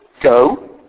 Go